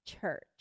church